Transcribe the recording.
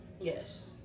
Yes